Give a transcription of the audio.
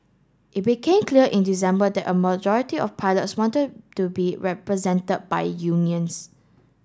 it became clear in December that a majority of pilots wanted to be represented by unions